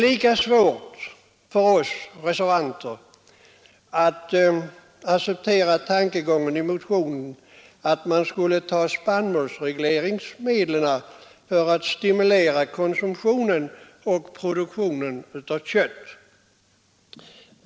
Lika svårt är det för oss reservanter att acceptera tankegången i motionen att man skulle ta i anspråk spannmålsregleringsmedel för att stimulera konsumtionen och produktionen av kött.